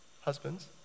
husbands